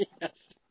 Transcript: Yes